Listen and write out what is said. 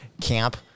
camp